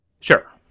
Sure